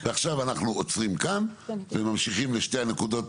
ועכשיו אנחנו עוצרים כאן וממשיכים לשתי הנקודות